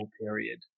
period